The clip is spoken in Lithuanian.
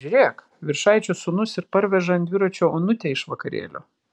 žiūrėk viršaičio sūnus ir parveža ant dviračio onutę iš vakarėlio